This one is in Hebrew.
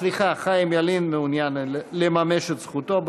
אה, סליחה, חיים ילין מעוניין לממש את זכותו.